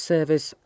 Service